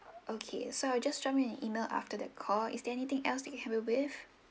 okay so I just drop you an email after the call is there anything else I can help you with